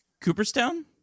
Cooperstown